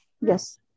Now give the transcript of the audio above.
Yes